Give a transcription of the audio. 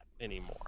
anymore